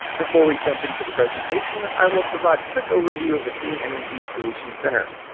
before we jump into the presentation, i will provide a quick overview of the clean energy solution center.